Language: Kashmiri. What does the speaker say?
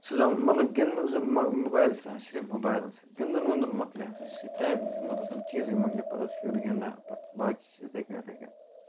سُہ زم مطلب گِنٛدنُک زَمان موبایل سِس صرف موبایلَن سۭتۍ گِنٛدُن وِنٛدُن مَکلیہِ سُہ چھِ ٹایم مطلب تم چیٖزٕے مَکلایہِ پَتہٕ اوس شُر گِنٛدان پَتہٕ باقٕے چیٖز اِتھے کٔنۍ اِتھے کٔنۍ